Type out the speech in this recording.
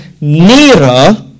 nearer